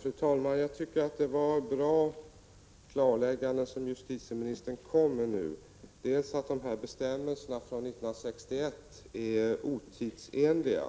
Fru talman! Jag tycker att det var bra klarlägganden som justitieministern kom med nu, bl.a. att bestämmelserna från 1961 är otidsenliga.